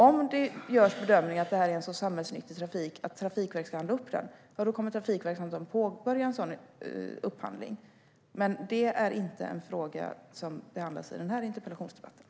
Om det görs en bedömning att det är en så samhällsnyttig trafik att Trafikverket ska handla upp den kommer Trafikverket att påbörja en sådan upphandling. Det är inte en fråga som behandlas i den här interpellationsdebatten.